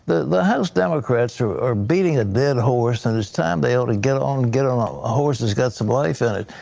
the house democrats are are beating a dead horse and it's time ah to get on get on ah a horse who's got some life in it.